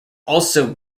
also